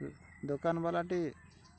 ଦୋକାନ୍ ବାଲାଟି